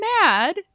mad